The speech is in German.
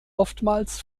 oftmals